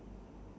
blue